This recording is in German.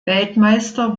weltmeister